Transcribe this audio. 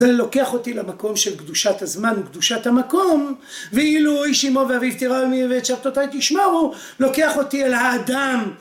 זה לוקח אותי למקום של קדושת הזמן וקדושת המקום ואילו איש אמו ואביו תיראו ואת שבתותיי תשמרו לוקח אותי אל האדם